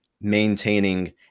maintaining